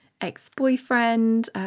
ex-boyfriend